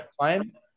time